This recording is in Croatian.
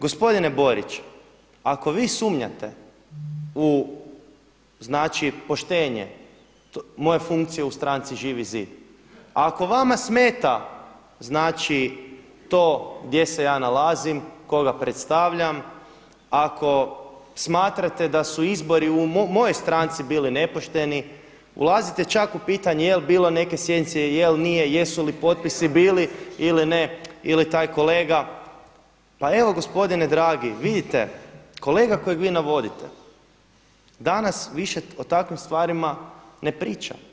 Gospodine Borić, ako vi sumnjate u znači poštenje moje funkcije u stranci Živi zid, ako vama smeta znači to gdje se ja nalazim, koga predstavljam, ako smatrate da su izbori u mojoj stranci bili nepošteni, ulazite čak u pitanje jel' bilo neke sjednice, jel' nije, jesu li potpisi bili ili ne ili taj kolega, pa evo gospodine dragi, vidite kolega kojeg vi navodite danas više o takvim stvarima ne priča.